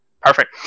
perfect